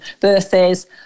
birthdays